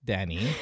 Danny